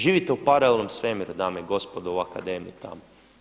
Živite u paralelnom svemiru dame i gospodo u akademiji tamo.